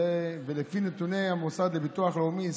לפי נתוני המוסד לביטחון לאומי,